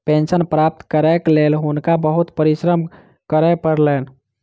pension प्राप्त करैक लेल हुनका बहुत परिश्रम करय पड़लैन